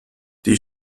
die